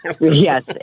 yes